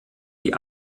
die